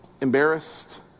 Embarrassed